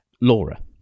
Laura